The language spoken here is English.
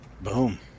Boom